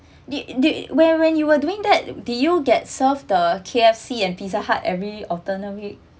the the when when you were doing that did you get served the K_F_C and pizza hut every alternate week